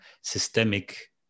systemic